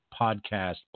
podcast